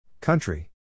Country